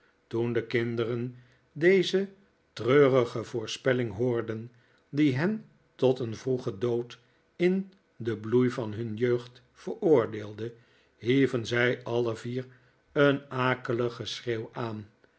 toen de kinderen deze treurige voorspelling hoorden die hen tot een vrdegen dood in den bloei van hun jeugd veroordeelde hieven zij alle vier een akelig geschreeuw aan